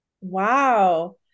Wow